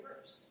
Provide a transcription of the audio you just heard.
first